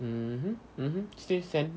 mmhmm mmhmm still stand